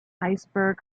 iceberg